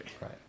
Right